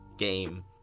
game